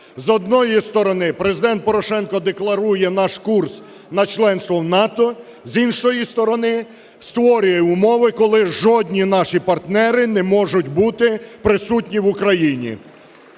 З одної сторони, Президент Порошенко декларує наш курс на членство в НАТО, з іншої сторони, створює умови, коли жодні наші партнери не можуть бути присутні в Україні.